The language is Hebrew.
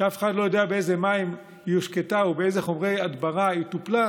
שאף אחד לא יודע באיזה מים הושקו או באיזה חומרי הדברה טופלו,